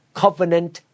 covenant